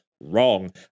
Wrong